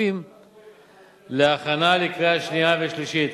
הכספים להכנה לקריאה שנייה ולקריאה שלישית.